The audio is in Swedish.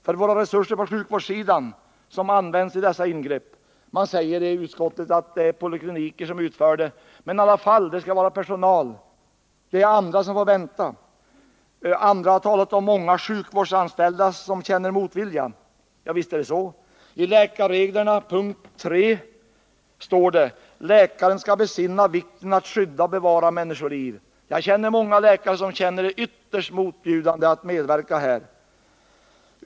Det är ju våra sjukvårdsresurser som används vid abortingreppen. Utskottet säger att de utförs på polikliniker, men det fordras i alla fall personal, och andra sjukvårdssökande får vänta. Det har talats om att många sjukvårdsanställda känner motvilja. Visst är det så. Läkarreglernas punkt III lyder: ”Läkaren skall besinna vikten av att skydda och bevara människoliv.” Jag känner många läkare som finner det ytterst motbjudande att medverka vid aborter.